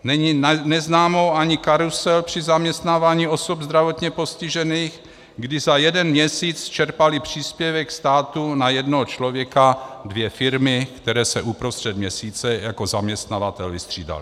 Není neznámou ani karusel při zaměstnávání osob zdravotně postižených, kdy za jeden měsíc čerpaly příspěvek státu na jednoho člověka dvě firmy, které se uprostřed měsíce jako zaměstnavatel vystřídaly.